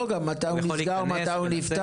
גם מתי הוא נסגר ומתי הוא נפתח.